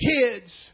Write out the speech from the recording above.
kids